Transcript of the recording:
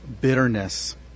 bitterness